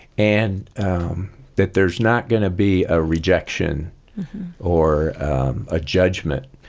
and that there's not going to be a rejection or a judgement.